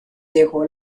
dejó